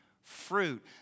Fruit